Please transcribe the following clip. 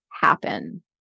happen